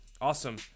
Awesome